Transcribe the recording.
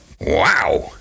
wow